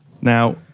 Now